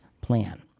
plan